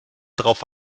darauf